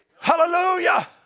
Hallelujah